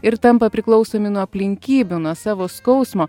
ir tampa priklausomi nuo aplinkybių nuo savo skausmo